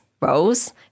roles